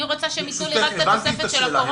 אני רוצה שהם ייתנו לי את התוספת של הקורונה.